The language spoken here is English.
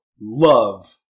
love